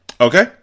Okay